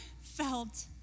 felt